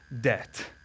debt